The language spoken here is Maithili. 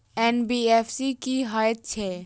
एन.बी.एफ.सी की हएत छै?